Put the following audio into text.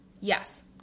yes